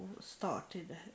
started